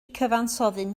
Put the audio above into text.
cyfansoddyn